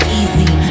easy